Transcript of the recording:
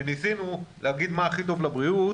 כשניסינו להגיד מה הכי טוב לבריאות,